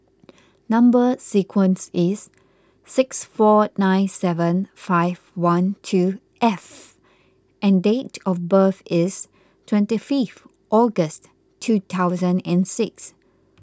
Number Sequence is six four nine seven five one two F and date of birth is twenty fifth August two thousand and six